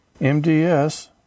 MDS